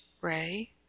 ray